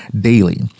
daily